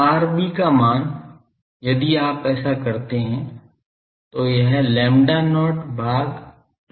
तो उस rb का मान यदि आप ऐसा करते हैं तो यह lambda not भाग 2 pi होगा